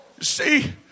See